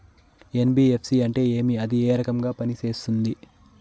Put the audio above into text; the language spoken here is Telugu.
ఎన్.బి.ఎఫ్.సి అంటే ఏమి అది ఏ రకంగా పనిసేస్తుంది